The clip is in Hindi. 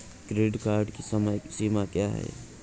क्रेडिट कार्ड की समय सीमा क्या है?